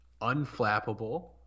unflappable